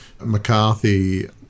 McCarthy